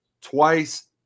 twice